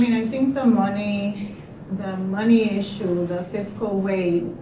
you know think the money the money issue, the fiscal wave,